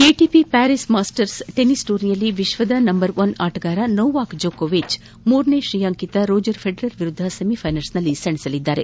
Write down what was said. ATP Paris masters tennis ಟೂರ್ನಿಯಲ್ಲಿ ವಿಶ್ವದ number one ಆಟಗಾರ ನೊವಾಕ್ ಜೊಕೊವಿಚ್ ಮೂರನೇ ಶ್ರೇಯಾಂಕಿತ ರೋಜ಼ರ್ ಫೆಡರರ್ ವಿರುದ್ದ ಸೆಮಿಫೈನಲ್ಸ್ನಲ್ಲಿ ಸೆಣಸಲಿದ್ದಾರೆ